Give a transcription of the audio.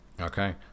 okay